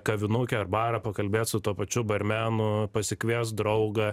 kavinukę ar barą pakalbėt su tuo pačiu barmenu pasikviest draugą